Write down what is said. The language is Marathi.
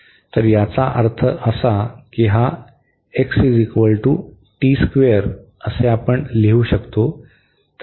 तर याचा अर्थ असा की हा असे आपण लिहू शकतो